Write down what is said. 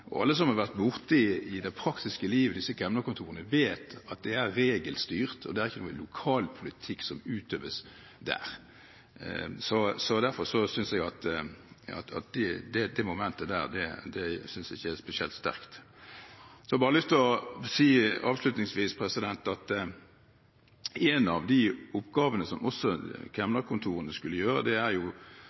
dette. Alle som i det praktiske liv har vært borti disse kemnerkontorene, vet at de er regelstyrt, og at det ikke er noe lokalpolitikk som utøves der. Derfor synes jeg at det momentet ikke er spesielt sterkt. Så har jeg lyst til å si avslutningsvis at en av de oppgavene som også kemnerkontorene skulle gjøre, er arbeidsgiverkontroll. Da må jeg bemerke at det er